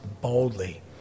boldly